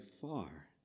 far